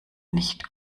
nicht